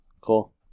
Cool